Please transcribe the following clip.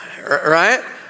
Right